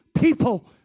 people